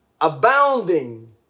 abounding